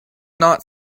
not